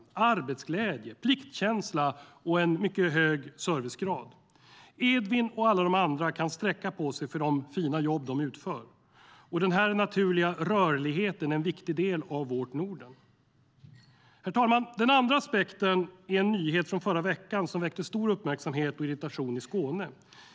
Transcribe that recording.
De visar arbetsglädje, pliktkänsla och en hög servicegrad. Edvin och alla andra kan sträcka på sig för de fina jobb de utför. Och den här naturliga rörligheten är en viktig del av vårt Norden. Herr talman! Den andra aspekten är en nyhet från förra veckan som väckte stor uppmärksamhet och irritation i Skåne.